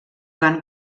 van